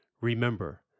Remember